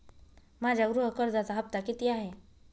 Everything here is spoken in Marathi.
माझ्या गृह कर्जाचा हफ्ता किती आहे?